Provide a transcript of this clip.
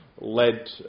led